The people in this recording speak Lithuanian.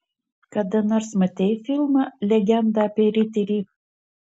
kada nors matei filmą legenda apie riterį